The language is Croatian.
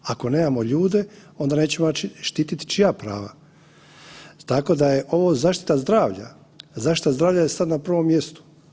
Ako nemamo ljude onda nećemo imati štititi čija prava, tako da je ovo zaštita zdravlja, zaštita zdravlja je sada na prvom mjestu.